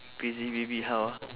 crazy baby how ah